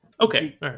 okay